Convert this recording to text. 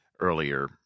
earlier